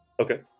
Okay